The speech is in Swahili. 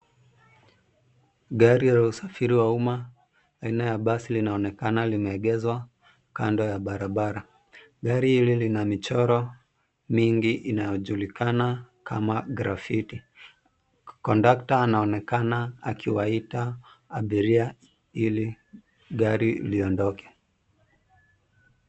Gari la usafiri wa umma aina ya basi linaonekana limeegeshwa kando ya barabara. Gari hili lina michoro mingi inayojulikana kama grafiti. Kondakta anaonekana akiwaita abiria ili gari liondoke.